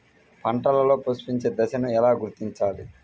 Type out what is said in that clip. పంటలలో పుష్పించే దశను ఎలా గుర్తించాలి?